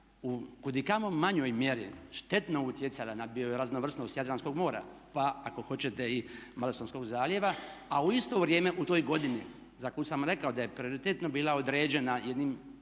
u kudikamo manjoj mjeri štetno utjecala na bioraznovrsnost Jadranskog mora, pa ako hoćete i Malostonskog zaljeva a u isto vrijeme u toj godini za koju sam rekao da je prioritetno bila određena jednim